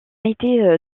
été